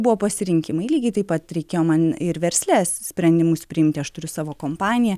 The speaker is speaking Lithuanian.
buvo pasirinkimai lygiai taip pat reikėjo man ir versle sprendimus priimti aš turiu savo kompaniją